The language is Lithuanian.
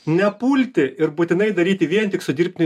nepulti ir būtinai daryti vien tik su dirbtiniu